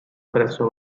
presso